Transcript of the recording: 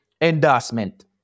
endorsement